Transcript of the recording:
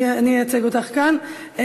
אני אייצג אותך כאן.